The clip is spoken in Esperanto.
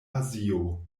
azio